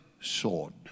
sword